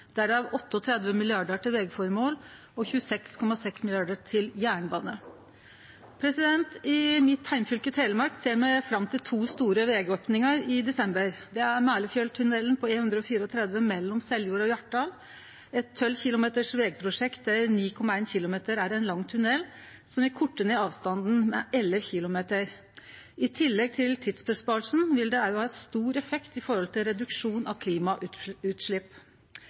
derav 38 mrd. kr til vegføremål og 26,6 mrd. kr til jernbane. I mitt heimfylke, Telemark, ser me fram til to store vegopningar i desember. Det er Mælefjelltunnelen på E134 mellom Seljord og Hjartdal, eit vegprosjekt på 12 km der 9,1 km er ein lang tunnel som vil korte ned avstanden med 11 km. I tillegg til tidssparinga vil det òg ha stor effekt når det gjeld reduksjon av